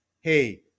hey